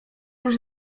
już